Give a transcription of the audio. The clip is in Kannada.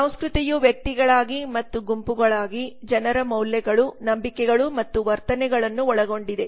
ಸಂಸ್ಕೃತಿಯು ವ್ಯಕ್ತಿಗಳಾಗಿ ಮತ್ತು ಗುಂಪುಗಳಾಗಿ ಜನರ ಮೌಲ್ಯಗಳು ನಂಬಿಕೆಗಳು ಮತ್ತು ವರ್ತನೆಗಳನ್ನು ಒಳಗೊಂಡಿದೆ